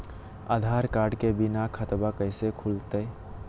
आधार card के बिना खाताबा कैसे खुल तय?